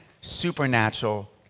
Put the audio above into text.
supernatural